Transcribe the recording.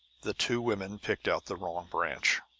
the two women picked out the wrong branch.